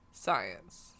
science